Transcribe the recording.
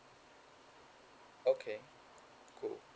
okay cool